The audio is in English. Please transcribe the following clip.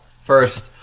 first